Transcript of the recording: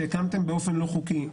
שהקמתם באופן לא חוקי,